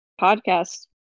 podcast